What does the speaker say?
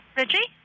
Richie